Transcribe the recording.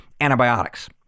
antibiotics